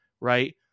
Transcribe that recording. right